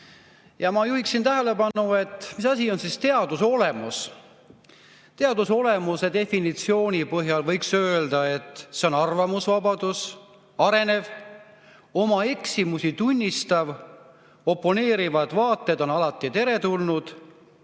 Ma juhiksin tähelepanu sellele, mis asi on teaduse olemus. Teaduse olemuse definitsiooni põhjal võiks öelda, et see on arvamusvabadus, arenev, oma eksimusi tunnistav, oponeerivad vaated on alati teretulnud,